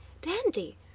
dandy